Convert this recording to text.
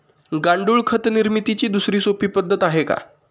गांडूळ खत निर्मितीची दुसरी सोपी पद्धत आहे का?